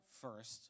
first